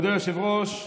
מכובדי היושב-ראש,